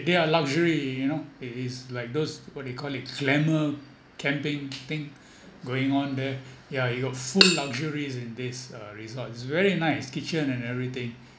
they are luxury you know it it's like those what do you call it glamour camping thing going on there ya you got full luxuries in this uh resort is very nice kitchen and everything